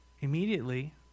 Immediately